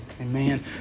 Amen